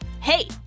hey